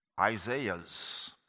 Isaiahs